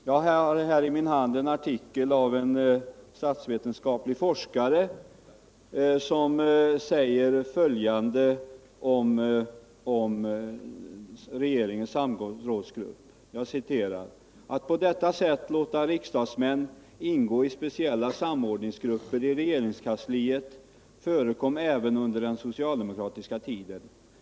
Jag har i min hand en artikel av en statsvetenskaplig forskare, som säger följande om regeringens samrådsgrupp: ”Att på detta sätt låta riksdagsmän ingå i speciella samordningsgrupper i regeringskansliet förekom även under den socialdemokratiska tiden.